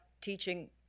teaching